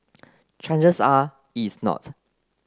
chances are is not